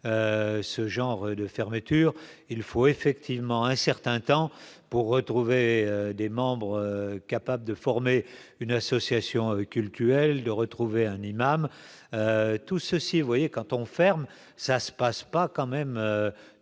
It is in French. ce genre de fermeture, il faut effectivement un certain temps pour retrouver des membres capables de former une association cultuelle de retrouver un imam tout ceci, voyez quand on ferme, ça se passe pas quand même